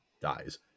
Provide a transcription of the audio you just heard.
dies